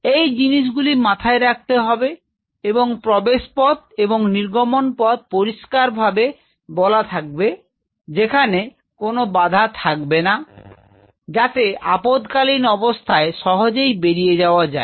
এই জিনিসগুলি মাথায় রাখতে হবে এবং প্রবেশপথ এবং নির্গমন পথ পরিষ্কারভাবে বলা থাকবে যেখানে কোনো বাধা থাকবে না যাতে আপদকালীন অবস্থায় সহজেই বেরিয়ে যাওয়া যায়